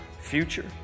future